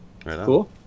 Cool